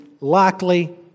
likely